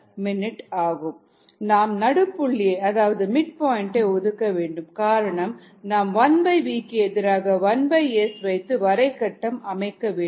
75mM நாம் நடுபுள்ளியை அதாவது மிட் பாயிண்ட் ஒதுக்க வேண்டும் காரணம் நாம் 1v க்கு எதிராக 1S வைத்து வரை கட்டம் அமைக்க வேண்டும்